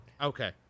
Okay